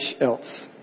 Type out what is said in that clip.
else